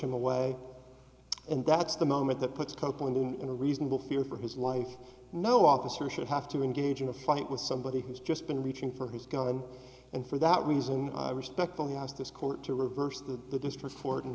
him away and that's the moment that puts copeland in a reasonable fear for his life no officer should have to engage in a fight with somebody who's just been reaching for his gun and for that reason i respectfully ask this court to reverse the the district court and